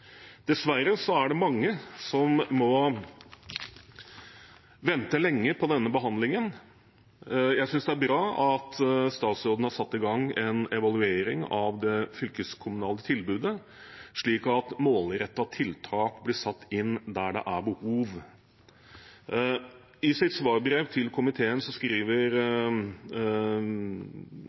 er det mange som må vente lenge på denne behandlingen. Jeg synes det er bra at statsråden har satt i gang en evaluering av det fylkeskommunale tilbudet, slik at målrettede tiltak blir satt inn der det er behov. I sitt svarbrev til komiteen skriver